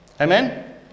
Amen